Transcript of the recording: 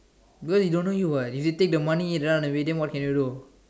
because they don't know you what if you take the money and run awake what can they do